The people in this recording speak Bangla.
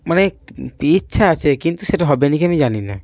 মানে ইচ্ছা আছে কিন্তু সেটা হবে না কি আমি জানি না